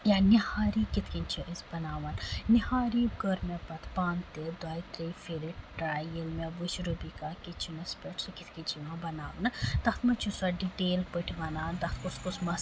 یا نِہاری کِتھ کِنۍ چھِ أسۍ بَناوان نِہاری کٔر مےٚ پَتہٕ پانہٕ تہِ دۄیہِ ترٛیٚیہِ پھِرِ ٹراے ییٚلہِ مےٚ وٕچھ رُبی کا کِچنس پٮ۪ٹھ سُہ کِتھ کٔنۍ چھِ یِوان بَناونہٕ تَتھ منٛز چھِ سۄ ڈِٹیٖل پٲٹھۍ وَنان تَتھ کُس کُس مصالہٕ چھُ